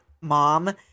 Mom